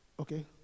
Okay